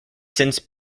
since